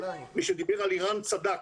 מי שדיבר על אירן צדק,